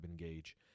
Engage